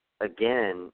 again